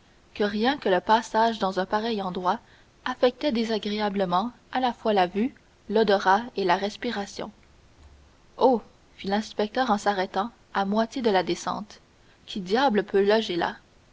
que rien que le passage dans un pareil endroit affectait désagréablement à la fois la vue l'odorat et la respiration oh fit l'inspecteur en s'arrêtant à moitié de la descente qui diable peut loger là